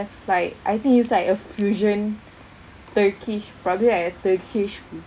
like I think it's like a fusion turkish probably like a turkish